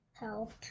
Help